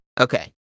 Okay